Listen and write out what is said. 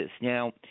Now